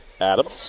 Adams